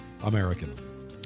American